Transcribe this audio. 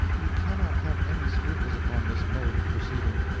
you cannot have any scruples upon this mode of proceeding,